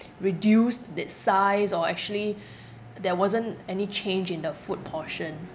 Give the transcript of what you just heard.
reduce the size or actually there wasn't any change in the food portion